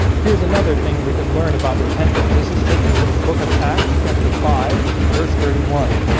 here's another thing we can learn about repentance. this is taken from the book of acts chapter five verse thirty one